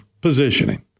positioning